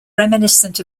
reminiscent